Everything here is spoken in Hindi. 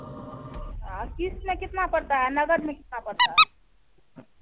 किश्त में कितना पड़ता है नगद में कितना पड़ता है